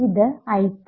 ഇത് I3